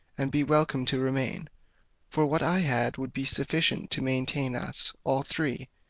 and be welcome to remain for what i had would be sufficient to maintain us all three,